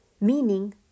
meaning